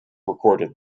recorded